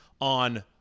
on